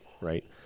right